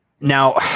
Now